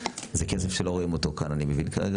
זה כסף שלא רואים אותו כאן אני מבין כרגע.